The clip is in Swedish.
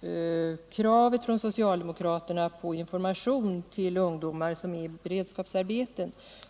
ställt krav på information till ungdomar i beredskapsarbete.